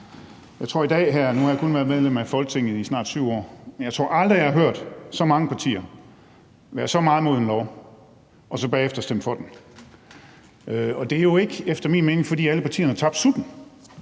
Og tak for talen. Nu har jeg kun været medlem af Folketinget i snart 7 år, men jeg tror aldrig, jeg har hørt så mange partier være så meget imod en lov og så bagefter stemme for den. Og det er jo efter min mening ikke, fordi alle partierne har tabt sutten,